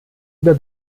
über